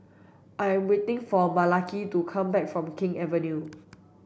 I am waiting for Malaki to come back from King Avenue